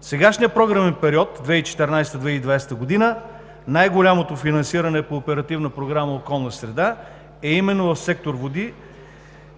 В сегашния програмен период – 2014 – 2020 г., най-голямото финансиране по Оперативна програма „Околна среда“ е именно в сектор „Води“